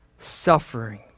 suffering